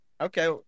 Okay